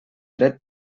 dret